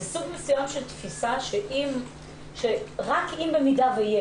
זה סוג מסוים של תפיסה, שרק אם יש?